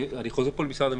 אני חוזר פה למשרד המשפטים,